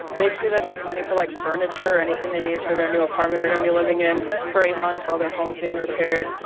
basically that's just money for like furniture, anything they need for their new apartment they're going to be living in, for eight months while their home is being repaired.